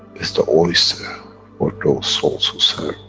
is the oyster for those souls who serve,